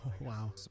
wow